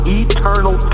eternal